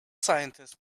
scientists